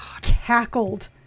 cackled